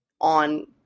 on